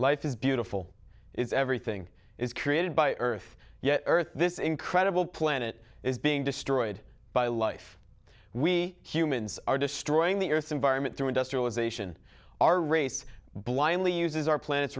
life is beautiful is everything is created by earth yet earth this incredible planet is being destroyed by life we humans are destroying the earth's environment through industrialization our race blindly uses our plan